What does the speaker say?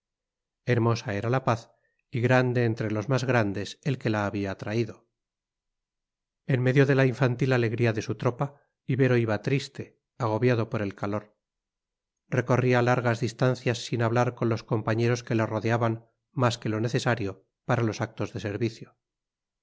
hermosa era la paz y grande entre los más grandes el que la había traído en medio de la infantil alegría de su tropa ibero iba triste agobiado por el calor recorría largas distancias sin hablar con los compañeros que le rodeaban más que lo necesario para los actos del servicio